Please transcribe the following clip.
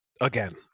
again